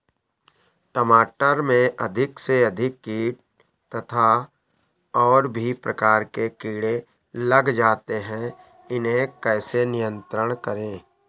टमाटर में अधिक से अधिक कीट तथा और भी प्रकार के कीड़े लग जाते हैं इन्हें कैसे नियंत्रण करें?